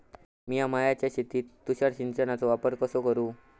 मिया माळ्याच्या शेतीत तुषार सिंचनचो वापर कसो करू?